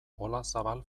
olazabal